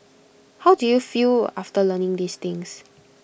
how do you feel after learning these things